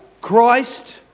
Christ